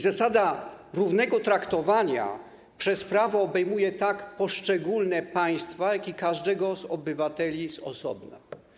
Zasada równego traktowania przez prawo obejmuje tak poszczególne państwa, jak i każdego z obywateli z osobna.